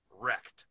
wrecked